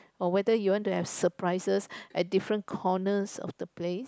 or whether you want to have surprises at different corners of the place